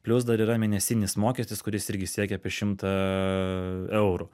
plius dar yra mėnesinis mokestis kuris irgi siekia apie šimtą eurų